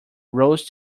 rose